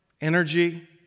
energy